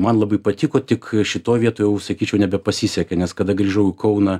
man labai patiko tik šitoj vietoj jau sakyčiau nebepasisekė nes kada grįžau į kauną